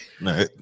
no